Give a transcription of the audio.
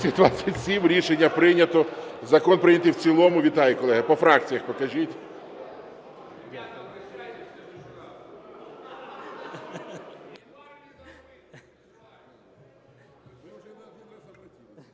За-227 Рішення прийнято. Закон прийнятий в цілому. Вітаю, колеги. По фракціях покажіть.